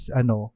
ano